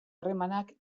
harremanak